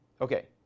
Okay